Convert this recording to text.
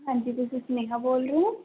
ਹਾਂਜੀ ਤੁਸੀਂ ਸਨੇਹਾ ਬੋਲ ਰਹੇ ਹੋ